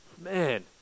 Man